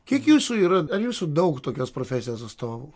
kiek jūsų yra jūsų daug tokios profesijos atstovų